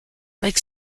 like